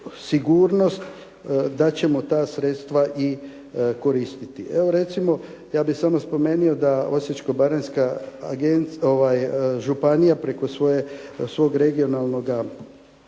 da ćemo ta sredstva i koristiti. Evo recimo, ja bih samo spomenuo da Osječko-baranjska županija preko svog regionalnoga,